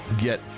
get